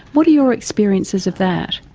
what are your experiences of that?